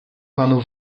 panu